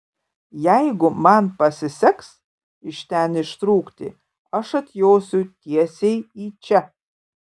jeigu man pasiseks iš ten ištrūkti aš atjosiu tiesiai į čia